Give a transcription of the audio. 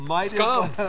Scum